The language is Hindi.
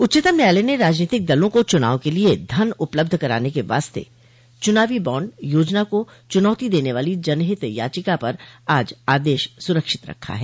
उच्चतम न्यायालय ने राजनीतिक दलों को चुनाव के लिए धन उपलब्ध कराने के वास्ते चुनावी बॉण्ड योजना को चुनौती देने वाली जनहित याचिका पर आज आदेश सुरक्षित रखा है